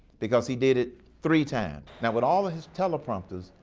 because he did it three times. now with all of his teleprompters,